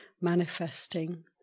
manifesting